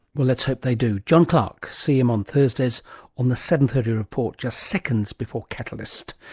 but let's hope they do. john clarke. see him on thursdays on the seven. thirty report, just seconds before catalyst.